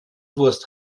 wurst